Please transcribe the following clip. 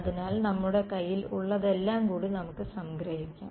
അതിനാൽ നമ്മുടെ കൈയിൽ ഉള്ളതെല്ലാം കൂടി നമുക്ക് സംഗ്രഹിക്കാം